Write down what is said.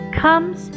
comes